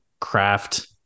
craft